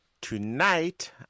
Tonight